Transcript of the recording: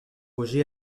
oger